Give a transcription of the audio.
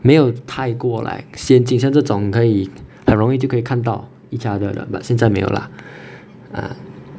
没有太过 like 先进像这种可以很容易就可以看到 each other 的 but 现在没有啦 ah